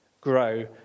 grow